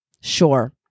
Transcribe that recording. Sure